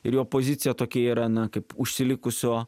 ir jo pozicija tokia yra na kaip užsilikusio